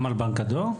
גם על בנק הדואר?